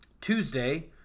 Tuesday